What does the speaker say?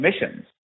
emissions